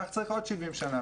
כך צריך עוד 70 שנים.